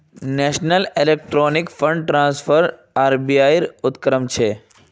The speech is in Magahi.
national electronic fund transfer RBI ऐर उपक्रम छेक